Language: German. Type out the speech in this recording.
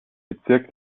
bezirk